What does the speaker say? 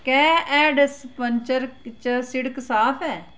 केह् हैडपसर च सिड़क साफ ऐ